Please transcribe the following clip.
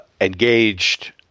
engaged